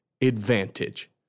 advantage